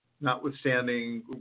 notwithstanding